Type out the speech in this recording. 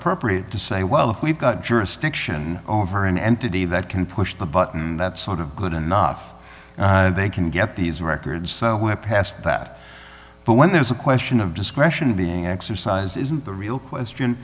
appropriate to say well if we've got jurisdiction over an entity that can push the button that sort of good enough they can get these records asked that but when there's a question of discretion being exercised isn't the real question